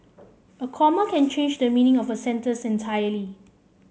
a comma can change the meaning of a sentence entirely